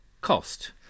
cost